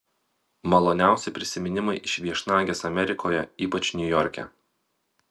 maloniausi prisiminimai iš viešnagės amerikoje ypač niujorke